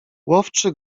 łowczy